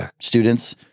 students